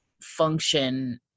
function